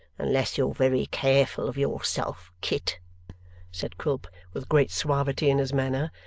unless you're very careful of yourself, kit said quilp, with great suavity in his manner,